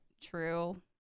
true